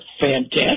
fantastic